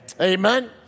Amen